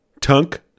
Tunk